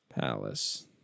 Palace